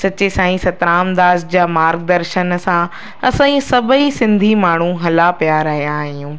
सच्चे साईं सतराम दास जा मार्ग दर्शन सां असां जी सभई सिंधी माण्हू हला पिया रहिया आहियूं